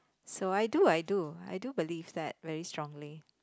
so I do I do I do believe that very strongly